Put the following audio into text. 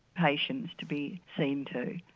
patients to be seen to.